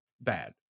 bad